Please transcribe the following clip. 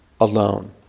alone